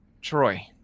Troy